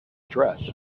dress